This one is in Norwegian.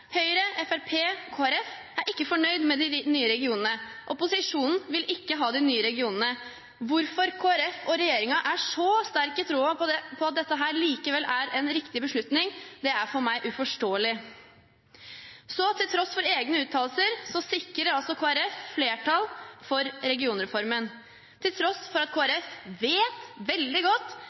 Høyre, Fremskrittspartiet og Kristelig Folkeparti er ikke fornøyd med de nye regionene. Opposisjonen vil ikke ha de nye regionene. Hvorfor Kristelig Folkeparti og regjeringen er så sterke i troen på at dette likevel er en riktig beslutning, er for meg uforståelig. Til tross for egne uttalelser sikrer altså Kristelig Folkeparti flertall for regionreformen, selv om Kristelig Folkeparti vet veldig godt